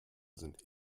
sind